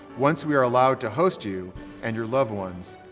once we're allowed to host you and your loved ones,